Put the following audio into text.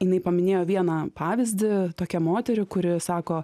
jinai paminėjo vieną pavyzdį tokią moterį kuri sako